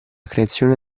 creazione